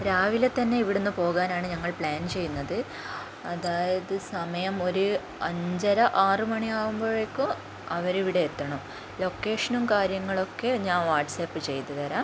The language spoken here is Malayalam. രാവിലെ തന്നെ ഇവിടുന്ന് പോകാനാണ് ഞങ്ങൾ പ്ലാൻ ചെയ്യുന്നത് അതായത് സമയം ഒര് അഞ്ചര ആറ് മണി ആവുമ്പോഴേക്കും അവരിവിടെ എത്തണം ലൊക്കേഷനും കാര്യങ്ങളും ഒക്കെ ഞാൻ വാട്ട്സപ്പ് ചെയ്ത് തരാം